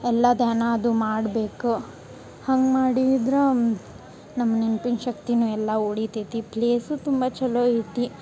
ಎಲ್ಲ ಧನಾದು ಮಾಡ್ಬೇಕು ಹಂಗ ಮಾಡೀದ್ರ ನಮ್ಮ ನೆನ್ಪಿನ ಶಕ್ತಿನು ಎಲ್ಲ ಉಳೀತೈತಿ ಪ್ಲೇಸು ತುಂಬ ಛಲೋ ಐತಿ